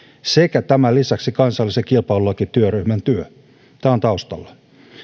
sekä tämän lisäksi kansallisen kilpailulakityöryhmän työ tämä on taustalla